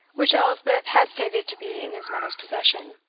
which elspeth had stated to be in his mother's possession.